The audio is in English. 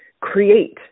create